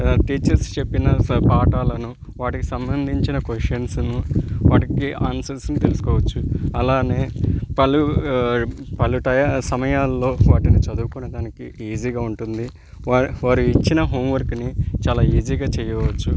teachers చెప్పిన స పాఠాలను వాటికి సంబంధించిన క్వషన్స్ను వాటికి ఆన్సర్స్ని తెలుసుకోవచ్చు అలానే పలు పలుటయ సమయాల్లో వాటిని చదువుకోనే దానికి ఈజీగా ఉంటుంది వ వారు ఇచ్చిన హోంవర్క్ని చాలా ఈజీగా చేయవచ్చు